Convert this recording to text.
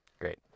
great